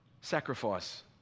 Sacrifice